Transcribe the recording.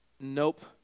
nope